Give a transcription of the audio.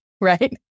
right